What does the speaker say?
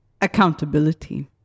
Accountability